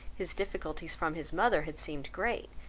his difficulties from his mother had seemed great,